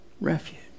refuge